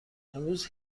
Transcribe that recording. امروز